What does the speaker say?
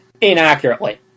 inaccurately